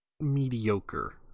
Mediocre